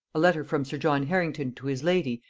a letter from sir john harrington to his lady,